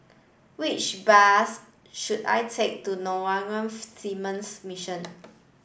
which bus should I take to Norwegian Seamen's Mission